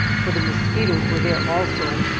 for the mosquitoes were there also,